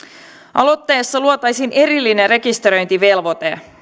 aloitteessa luotaisiin erillinen rekisteröintivelvoite